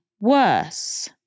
worse